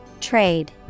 Trade